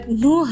no